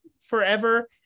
forever